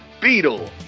Beetle